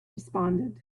responded